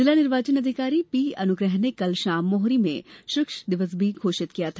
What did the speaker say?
जिला निर्वाचन अधिकारी पी अनुग्रह ने कल शाम मौहरी में शुष्क दिवस भी घोषित किया था